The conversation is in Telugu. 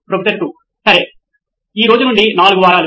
ప్రొఫెసర్ 2 సరే ఈ రోజు నుండి 4 వారాలు